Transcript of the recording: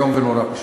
איום ונורא פשוט.